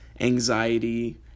anxiety